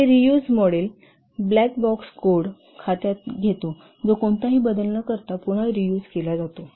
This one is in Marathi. हे reuse model black box code घेतो जो कोणताही बदल न करता पुन्हा रियूज केला जातो